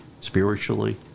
spiritually